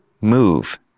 move